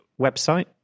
website